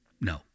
No